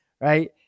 Right